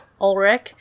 Ulrich